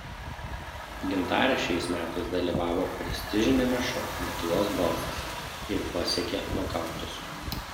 gintarė šiais metais dalyvavo prestižiniame šou lietuvos balsas ir pasiekė nokautus